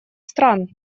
стран